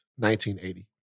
1980